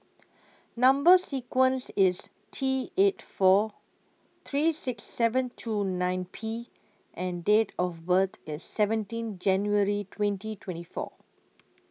Number sequence IS T eight four three six seven two nine P and Date of birth IS seventeen January twenty twenty four